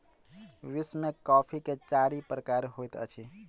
विश्व में कॉफ़ी के चारि प्रकार होइत अछि